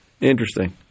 Interesting